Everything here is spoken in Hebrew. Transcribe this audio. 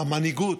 המנהיגות,